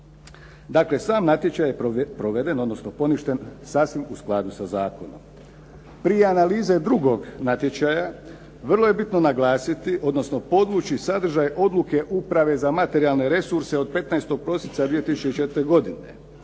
Dakle, sam natječaj je proveden, odnosno poništen sasvim u skladu sa zakonom. Prije analize drugog natječaja, vrlo je bitno naglasiti, odnosno podvući sadržaj odluke Uprave za materijalne resurse od 15. prosinca 2004. godine.